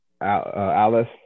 alice